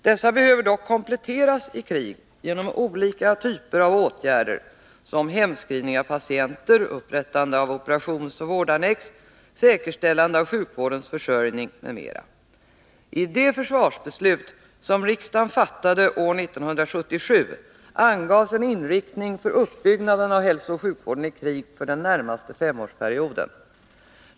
Dessa behöver dock kompletteras i krig genom olika typer av åtgärder, såsom hemskrivning av patienter, upprättande av operationsoch vårdannex samt säkerställande av sjukvårdens försörjning. I det försvarsbeslut som riksdagen fattade år 1977 angavs en inriktning för uppbyggnaden av hälsooch sjukvården i krig för den närmaste femårsperioden.